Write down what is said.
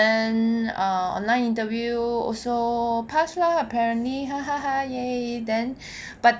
then uh online interview also passed lah apparently !yay! then but